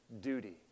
duty